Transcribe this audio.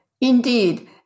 Indeed